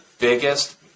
biggest